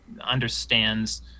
understands